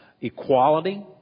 equality